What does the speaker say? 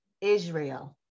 Israel